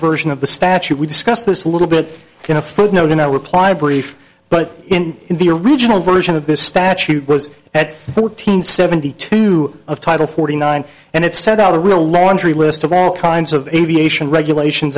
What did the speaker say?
version of the statute we discussed this a little bit in a footnote in our reply brief but in the original version of this statute was at thirteen seventy two of title forty nine and it set out a real laundry list of all kinds of aviation regulations